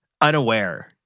unaware